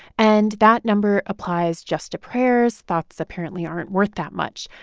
and that number applies just to prayers thoughts apparently aren't worth that much.